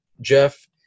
Jeff